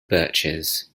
birches